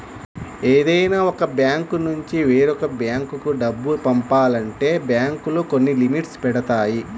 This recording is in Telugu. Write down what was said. ఏదైనా ఒక బ్యాంకునుంచి వేరొక బ్యేంకు డబ్బు పంపాలంటే బ్యేంకులు కొన్ని లిమిట్స్ పెడతాయి